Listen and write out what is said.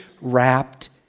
wrapped